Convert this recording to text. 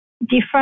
different